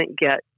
get